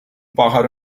pájaro